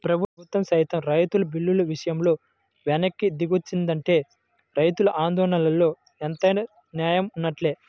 ప్రభుత్వం సైతం రైతు బిల్లుల విషయంలో వెనక్కి దిగొచ్చిందంటే రైతుల ఆందోళనలో ఎంతైనా నేయం వున్నట్లే